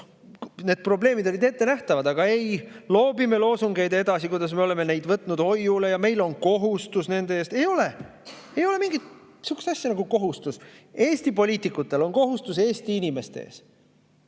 Need probleemid olid ettenähtavad. Aga ei, loobime loosungeid edasi, kuidas me oleme neid võtnud hoiule ja meil on kohustus nende ees. Ei ole! Ei ole mingit sihukest asja nagu kohustus! Eesti poliitikutel on kohustus Eesti inimeste ees.